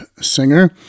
singer